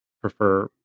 prefer